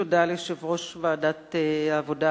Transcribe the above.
תודה ליושב-ראש ועדת העבודה,